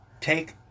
take